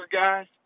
guys